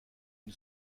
une